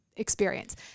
experience